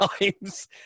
times